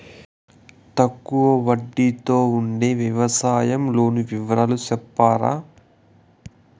తక్కువ వడ్డీ తో ఉండే వ్యవసాయం లోను వివరాలు సెప్తారా?